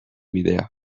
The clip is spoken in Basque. bidea